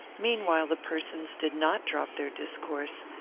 meanwhile the persons did not drop their discourse,